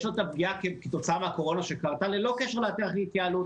יש לו את הפגיעה כתוצאה מהקורונה שקרתה ללא קשר לתהליך ההתייעלות.